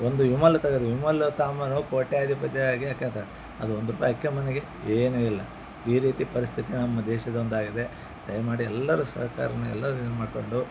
ಒಂದು ವಿಮಲ್ ತಗೋರಿ ವಿಮಲ್ ತಾಂಬನು ಕೋಟ್ಯಾಧಿಪತಿಯಾಗೆ ಅದು ಏನು ಇಲ್ಲ ಈ ರೀತಿ ಪರಿಸ್ಥಿತಿ ನಮ್ಮ ದೇಶದ ಒಂದಾಗಿದೆ ದಯಮಾಡಿ ಎಲ್ಲರು ಸಹಕಾರ ಎಲ್ಲದು ಮಾಡಿಕೊಂಡು